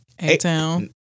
A-Town